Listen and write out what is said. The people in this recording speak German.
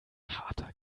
harter